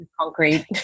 concrete